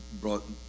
brought